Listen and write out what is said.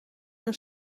een